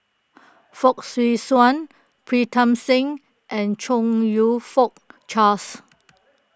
Fong Swee Suan Pritam Singh and Chong You Fook Charles